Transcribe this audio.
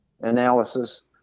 analysis